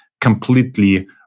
completely